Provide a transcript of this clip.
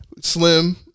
slim